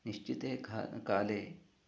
निश्चिते खा काले